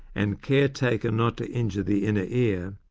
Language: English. and care taken not to injure the inner ear,